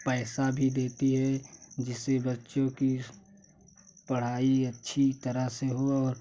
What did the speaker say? पैसा भी देती है जिससे बच्चों कि पढ़ाई अच्छी तरह से हो और